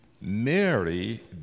Mary